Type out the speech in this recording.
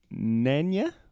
Nanya